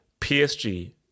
PSG